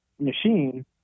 machine